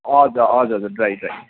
हजुर हजुर हजुर ड्राई ड्राई